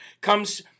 comes